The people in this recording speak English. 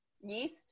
yeast